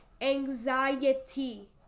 anxiety